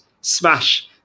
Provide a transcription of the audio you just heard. smash